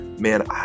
Man